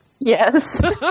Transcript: Yes